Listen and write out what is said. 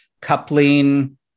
Coupling